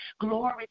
Glory